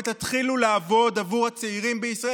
ותתחילו לעבוד עבור הצעירים בישראל,